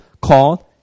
called